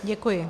Děkuji.